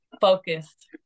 focused